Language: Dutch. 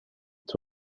het